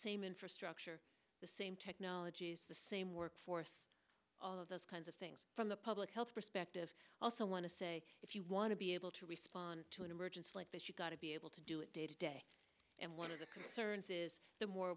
interest the same technologies the same workforce all of those kinds of things from the public health perspective also want to say if you want to be able to respond to an emergency like this you've got to be able to do it day to day and one of the concerns is the more